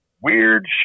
weird